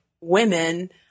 women